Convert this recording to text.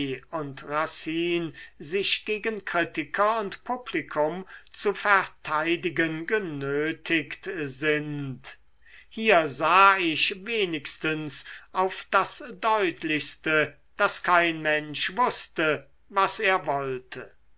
und racine sich gegen kritiker und publikum zu verteidigen genötigt sind hier sah ich wenigstens auf das deutlichste daß kein mensch wußte was er wollte